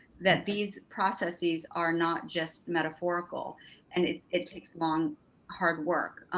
that these processes are not just metaphorical and it it takes long hard work,